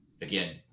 again